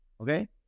Okay